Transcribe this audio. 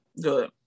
Good